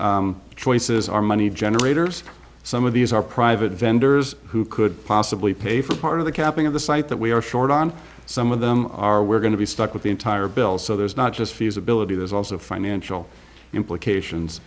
choices are money generators some of these are private vendors who could possibly pay for part of the capping of the site that we are short on some of them are we're going to be stuck with the entire bill so there's not just feasibility there's also financial